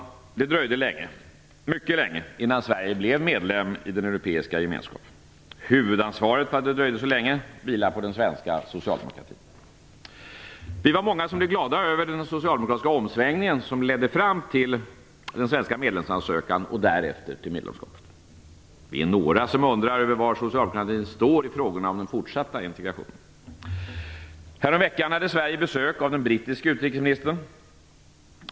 Det dröjde länge, mycket länge, innan Sverige blev medlem i den europeiska gemenskapen. Huvudansvaret för att det dröjde så länge vilar på den svenska socialdemokratin. Vi var många som blev glada över den socialdemokratiska omsvängningen som ledde fram till den svenska medlemsansökan och därefter till medlemskapet. Vi är några som undrar över var socialdemokratin står i frågorna om den fortsatta integrationen. Häromveckan hade Sverige besök av den brittiska utrikesministern.